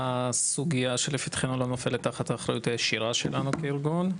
הסוגיה שלפתחנו לא נופלת תחת האחריות הישירה שלנו כארגון,